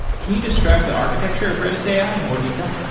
can you describe the architecture of redis ai in more detail?